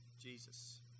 Jesus